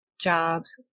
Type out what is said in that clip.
Jobs